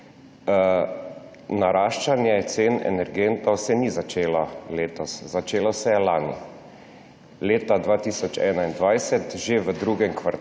naraščanje cen energentov se ni začelo letos. Začelo se je lani, leta 2021, že v drugem kvartalu,